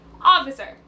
Officer